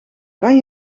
kan